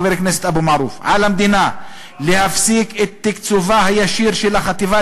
חבר הכנסת אבו מערוף "על המדינה להפסיק את תקצובה הישיר של החטיבה